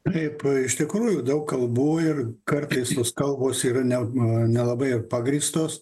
taip iš tikrųjų daug kalbų ir kartais tos kalbos ir ne ma nelabai ir pagrįstos